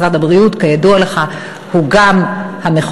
משרד הבריאות, כידוע לך, הוא גם המחוקק,